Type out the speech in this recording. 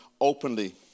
openly